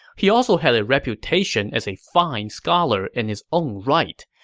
he also had a reputation as a fine scholar in his own right.